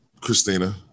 Christina